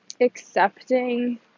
Accepting